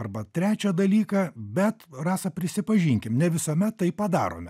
arba trečią dalyką bet rasa prisipažinkim ne visuomet tai padarome